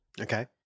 Okay